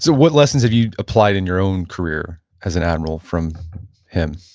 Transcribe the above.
so what lessons have you applied in your own career as an admiral from him?